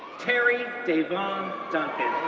terry davon duncan,